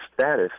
status